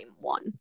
one